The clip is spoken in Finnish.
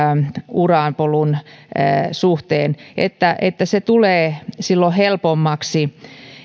urapolun suhteen niin että se tulee silloin helpommaksi